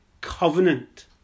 covenant